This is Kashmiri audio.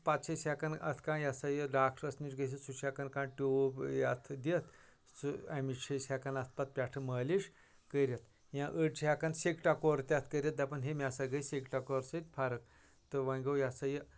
تہٕ پَتہٕ چھِ أسۍ ہٮ۪کان اَتھ کانٛہہ یِہ سا یہِ ڈاکٹرَس نِش گٔژھتھ سُہ چھُ ہٮ۪کان کانٛہہ ٹیوٗب یَتھ دِتھ سُہ اَمِچ چھِ ہٮ۪کَان اَتھ پَتہٕ پٮ۪ٹھٕ مٲلِش کٔرِتھ یا أڑۍ چھِ ہٮ۪کان سیٚکہِ ٹَکور تہِ اَتھ کٔرِتھ دَپان ہے مےٚ ہَسا گٔیے سیٚکہِ ٹَکور سۭتۍ فَرق تہٕ وۄنۍ گوٚو یِہ ہسا یہِ